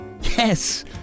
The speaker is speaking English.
yes